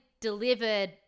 delivered